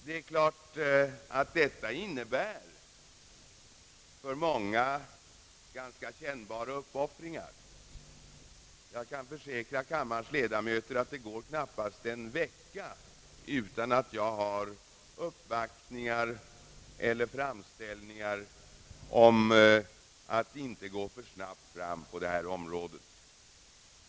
Det är klart att detta innebär ganska kännbara uppoffringar för många — jag kan försäkra kammarens ledamöter att det knappast går en vecka utan att jag får ta emot uppvaktningar eller framställningar om att inte handla för snabbt på detta område.